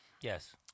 Yes